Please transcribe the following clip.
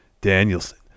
Danielson